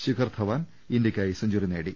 ശിഖർ ധവാൻ ഇന്ത്യക്കായി സെഞ്ചറി നേടി